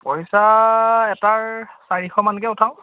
পইচা এটাৰ চাৰিশমানকৈ উঠাওঁ